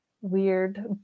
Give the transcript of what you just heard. weird